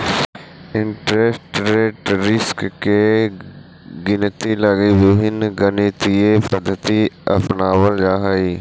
interest rate risk के गिनती लगी विभिन्न गणितीय पद्धति अपनावल जा हई